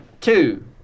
two